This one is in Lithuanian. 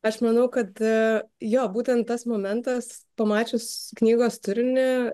aš manau kad jo būtent tas momentas pamačius knygos turinį